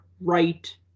right